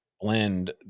blend